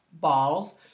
balls